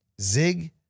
zig